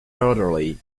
elderly